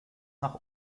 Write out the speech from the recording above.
nach